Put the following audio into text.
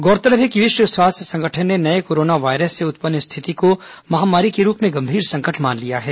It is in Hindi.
गौरतलब है कि विश्व स्वास्थ्य संगठन ने नये कोरोना वायरस से उत्पन्न स्थिति को महामारी के रूप में गंभीर संकट मान लिया है